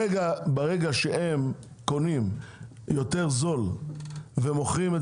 ברגע שהם קונים יותר זול ומוכרים את